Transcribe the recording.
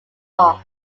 war